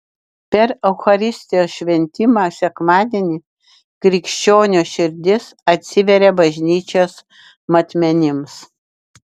per eucharistijos šventimą sekmadienį krikščionio širdis atsiveria bažnyčios matmenims